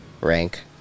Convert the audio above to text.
rank